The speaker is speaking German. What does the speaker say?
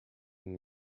ihm